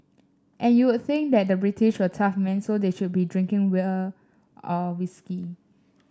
and you would think that the British were tough men so they should be drinking will or whisky